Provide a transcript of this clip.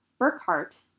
Burkhart